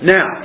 Now